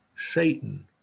Satan